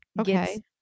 okay